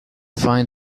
find